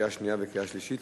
לקריאה שנייה וקריאה שלישית.